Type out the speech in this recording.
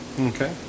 Okay